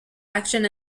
action